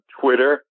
Twitter